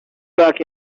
back